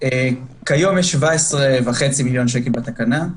כיום יש 17.5 מיליון שקל בתקנה,